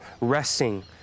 resting